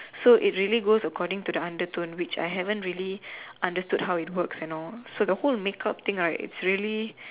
so it really goes according to the undertone which I haven't really understood how it works and all so the whole make up thing right it's really